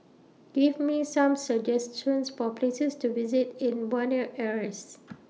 Give Me Some suggestions For Places to visit in Buenos Aires